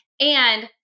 And-